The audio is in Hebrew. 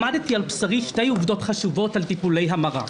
למדתי על בשרי שתי עובדות חשובות על טיפולי המרה.